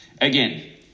Again